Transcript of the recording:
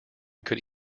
could